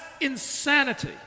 insanity